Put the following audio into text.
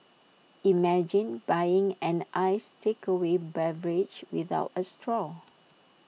imagine buying an iced takeaway beverage without A straw